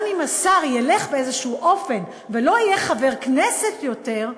גם אם השר ילך באיזשהו אופן ולא יהיה חבר כנסת יותר,